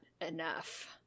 enough